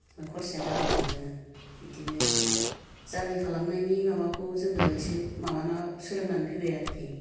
ओमफ्राय खरसाया बारा थांदोङो इदिनो जालि खालामनायनि माबाखौ जोङो इसे माबाना सोलोंनानै फैबाय आरखि